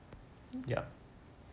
ya